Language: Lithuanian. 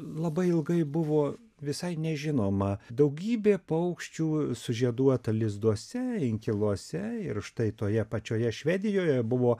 labai ilgai buvo visai nežinoma daugybė paukščių sužieduota lizduose inkiluose ir štai toje pačioje švedijoje buvo